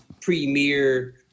premier